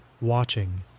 watching